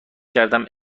کردم